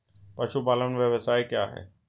पशुपालन व्यवसाय क्या है?